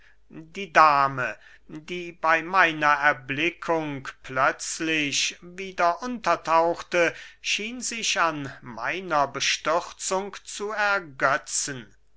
die dame die bey meiner erblickung plötzlich wieder untertauchte schien sich an meiner bestürzung zu ergetzen